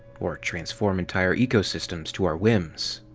or transform entire ecosystems to our whims?